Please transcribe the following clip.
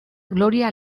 gloria